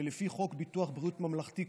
לפי חוק ביטוח בריאות ממלכתי,